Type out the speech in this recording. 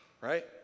right